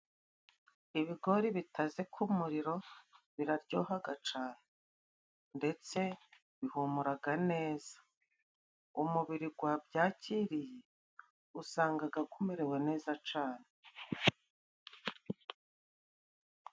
Ibigori bitaze ku muriro biraryohaga cane ndetse bihumuraga neza. Umubiri gwabyakiriye, usangaga gumerewe neza cane.